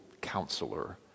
counselor